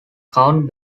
count